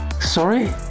Sorry